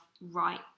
right